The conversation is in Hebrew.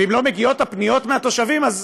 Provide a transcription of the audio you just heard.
ואם לא מגיעות פניות מהתושבים, אז